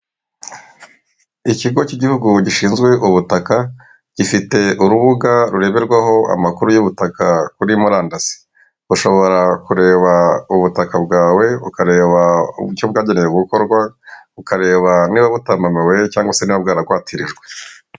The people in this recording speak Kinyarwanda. Ikigo cy'igihugu gishinzwe ubutaka gifite urubuga rureberwaho amakuru y'ubutaka kuri murandasi, ubushobora kureba ubutaka bwawe bukareba uburyo bwagenewe gukorwa ukareba niba butamba amabuye cyangwa se na bwarakwatirijwe.